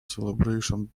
celebration